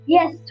Yes